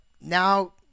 now